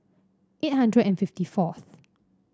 eight hundred and fifty fourth